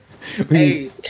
Hey